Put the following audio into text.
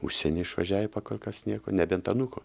į užsienį išvažiavę pa kolk kas nieko nebent anūko